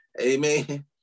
Amen